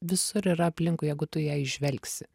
visur yra aplinkui jeigu tu ją įžvelgsi